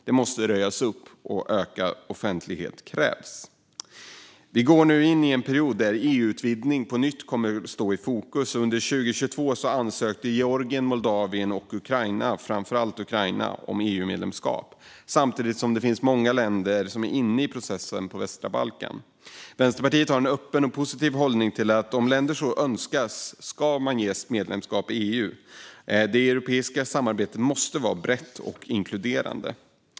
Det måste röjas upp, och ökad offentlighet krävs. Vi går nu in i en period där EU:s utvidgning på nytt kommer att stå i fokus. Under 2022 ansökte Georgien, Moldavien och framför allt Ukraina om EU-medlemskap. Samtidigt finns det många länder på västra Balkan som är inne i processen. Vänsterpartiet har en öppen och positiv hållning till detta. Om länder så önskar ska de ges medlemskap i EU. Det europeiska samarbetet måste vara brett och inkluderande.